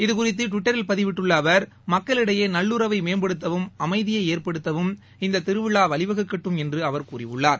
இதுகுறித்து டுவிட்டரில் பதிவிட்டுள்ள அவர் மக்களிடையேயான நல்லுறவை மேம்படுத்தவும் அமைதியை ஏற்படுத்தவும் இந்த திருவிழா வழிவகுக்கட்டும் என்று அவர் கூறியுள்ளார்